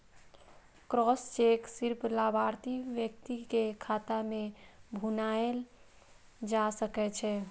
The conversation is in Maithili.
क्रॉस्ड चेक सिर्फ लाभार्थी व्यक्ति के खाता मे भुनाएल जा सकै छै